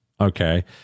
Okay